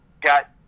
got